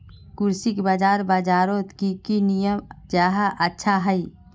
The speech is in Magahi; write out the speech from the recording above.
कृषि बाजार बजारोत की की नियम जाहा अच्छा हाई?